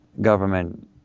government